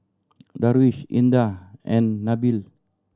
Darwish Indah and Nabil